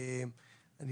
אני